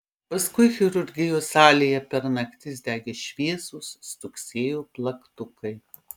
paskui chirurgijos salėje per naktis degė šviesos stuksėjo plaktukai